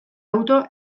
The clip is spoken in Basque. auto